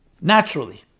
Naturally